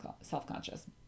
self-conscious